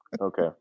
Okay